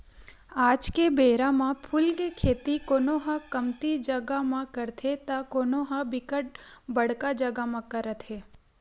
आज के बेरा म फूल के खेती कोनो ह कमती जगा म करथे त कोनो ह बिकट बड़का जगा म करत हे